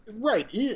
Right